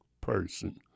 person